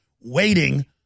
waiting